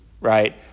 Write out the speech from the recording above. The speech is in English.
right